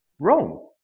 wrong